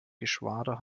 geschwader